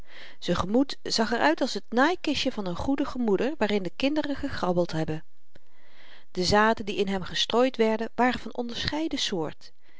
gemoed zag er uit als t naaikistje van n goedige moeder waarin de kinderen gegrabbeld hebben de zaden die in hem gestrooid werden waren van onderscheiden soort